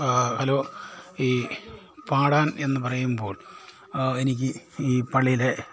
hello ഈ പാടാൻ എന്ന് പറയുമ്പോൾ എനിക്ക് ഈ പള്ളീലെ